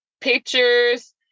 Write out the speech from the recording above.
pictures